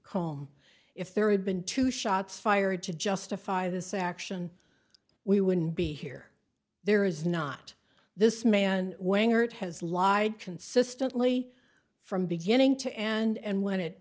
comb if there had been two shots fired to justify this action we wouldn't be here there is not this man winger it has lied consistently from beginning to and when it